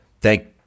thank